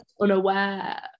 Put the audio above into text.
unaware